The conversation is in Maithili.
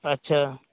अच्छा